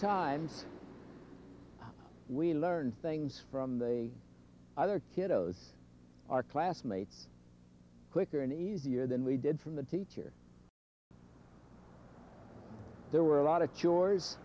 times we learn things from the other kiddos our classmates quicker and easier than we did from the teacher there were a lot of chores